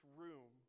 room